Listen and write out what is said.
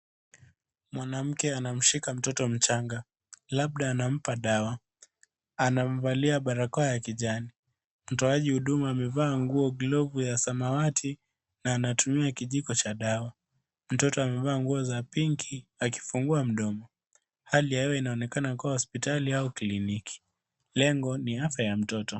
Mwananmke anamshika mtoto mchanga, labda anampa dawa. Anamvalia barakoa ya kijani. Mtoaji wa huduma amevaa nguo, glovu ya samawati na anatumia kijiko cha dawa. Mtoto amevaa nguo za pinki akifungua mdomo. Hali ya hewa inaonekana kuwa hospitali aua kliniki. Lengo ni afya ya mtoto.